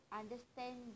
understand